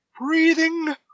breathing